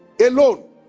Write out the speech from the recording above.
Alone